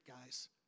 guys